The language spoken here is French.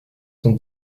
son